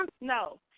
No